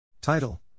Title